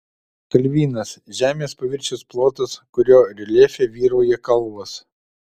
kalvynas žemės paviršiaus plotas kurio reljefe vyrauja kalvos